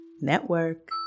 Network